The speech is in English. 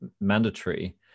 mandatory